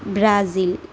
Brazil